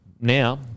Now